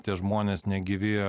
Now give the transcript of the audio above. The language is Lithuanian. tie žmonės negyvi